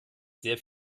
sehr